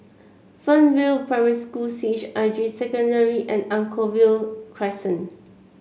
Fernvale Primary School C H I J Secondary and Anchorvale Crescent